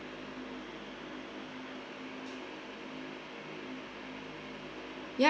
ya